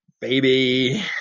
baby